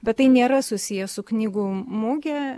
bet tai nėra susiję su knygų muge